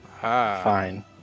Fine